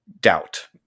doubt